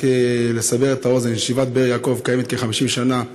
רק לסבר את האוזן: ישיבת באר יעקב קיימת כ-50 שנה,